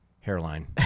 hairline